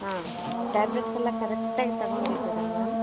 ಹಾಂ ಟ್ಯಾಬ್ಲೆಟ್ಸ್ ಎಲ್ಲಾ ಕರೆಕ್ಟ್ ಆಗಿ ತೊಗೊಂಡು ಇದ್ದೀರಾ ಮ್ಯಾಮ್